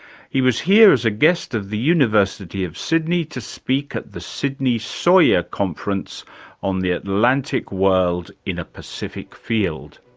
he was here as a guest of the university of sydney to speak at the sydney sawyer conference on the atlantic world in a pacific field.